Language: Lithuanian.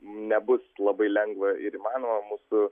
nebus labai lengva ir įmanoma mūsų